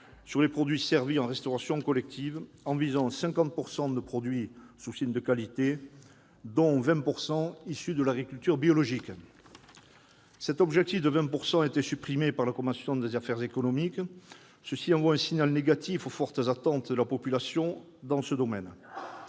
sur les produits servis en restauration collective, en visant 50 % de produits « sous signe de qualité », dont 20 % de produits issus de l'agriculture biologique. Cet objectif de 20 % a été supprimé par la commission des affaires économiques, ce qui envoie un signal négatif par rapport aux fortes attentes de la population dans ce domaine.